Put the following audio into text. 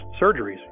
surgeries